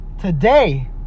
today